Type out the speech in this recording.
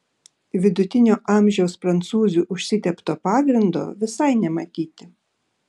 vidutinio amžiaus prancūzių užsitepto pagrindo visai nematyti